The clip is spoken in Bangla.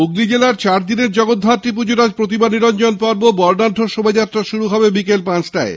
হুগলী জেলার চারদিনের জগদ্ধাত্রী পুজোর আজ প্রতিমা নিরঞ্জন পর্ব বর্ণাঢ্য শোভাযাত্রা শুরু হবে বিকেল পাঁচটায়